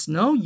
no